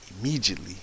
immediately